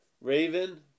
Raven